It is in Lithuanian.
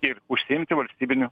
ir užsiimti valstybinių